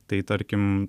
tai tarkim